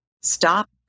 Stop